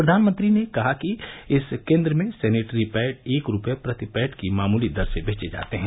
प्रधानमंत्री ने कहा कि इस केंद्र में सैनिटरी पैड एक रुपये प्रति पैड की मामूली दर से बेचे जाते हैं